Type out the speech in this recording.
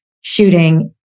shooting